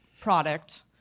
product